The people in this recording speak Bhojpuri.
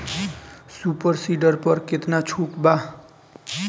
सुपर सीडर पर केतना छूट बा?